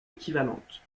équivalente